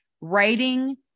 writing